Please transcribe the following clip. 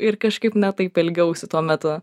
ir kažkaip ne taip elgiausi tuo metu